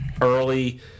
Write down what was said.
early